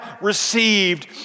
received